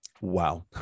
Wow